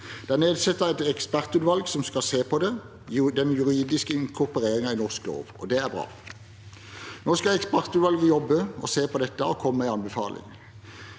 er nedsatt et ekspertutvalg som skal se på den juridiske inkorporeringen i norsk lov, og det er bra. Nå skal ekspertutvalget jobbe og se på dette og komme med en anbefaling.